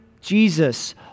Jesus